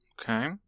Okay